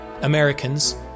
Americans